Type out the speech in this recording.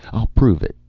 i'll prove it.